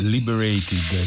Liberated